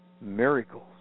miracles